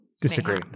Disagree